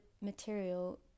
material